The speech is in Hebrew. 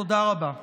תודה רבה.